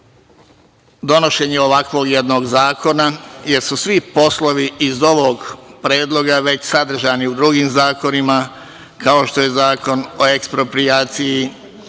donošenje ovakvog jednog zakona, jer su svi poslovi iz ovog predloga već sadržani u drugim zakonima, kao što je Zakon o eksproprijaciji